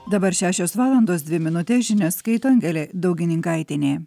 dabar šešios valandos dvi minutes žinias skaito angelė daugininkaitienė